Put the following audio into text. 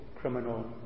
criminal